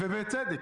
ובצדק,